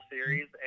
Series